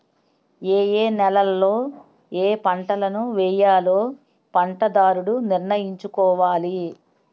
ఏయే నేలలలో ఏపంటలను వేయాలో పంటదారుడు నిర్ణయించుకోవాలి